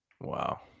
Wow